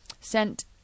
sent